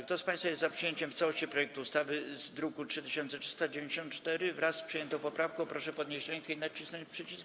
Kto z państwa jest za przyjęciem w całości projektu ustawy z druku nr 3394 wraz z przyjętą poprawką, proszę podnieść rękę i nacisnąć przycisk.